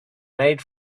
made